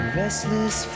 restless